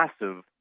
massive